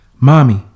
Mommy